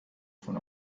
von